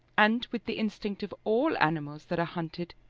and, with the instinct of all animals that are hunted,